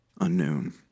unknown